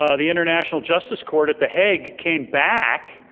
um the international justice court at the hague came back,